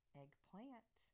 eggplant